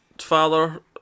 father